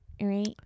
right